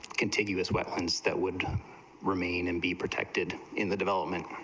contiguous weapons that would remain and be protected in the development